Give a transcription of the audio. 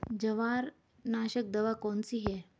जवार नाशक दवा कौन सी है?